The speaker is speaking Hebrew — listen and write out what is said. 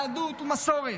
יהדות ומסורת.